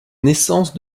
naissance